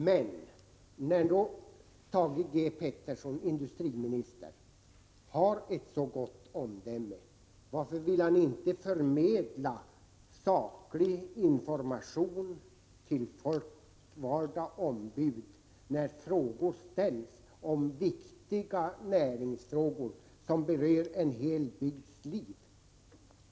Men om industriministern nu har så gott omdöme, varför vill han då inte förmedla saklig information till folkvalda ombud när frågor ställs om viktiga näringsfrågor som berör en hel bygds liv?